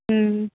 ம்